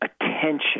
attention